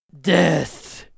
death